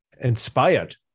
inspired